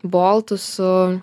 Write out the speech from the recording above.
boltu su